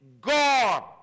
God